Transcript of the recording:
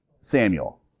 Samuel